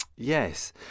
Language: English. Yes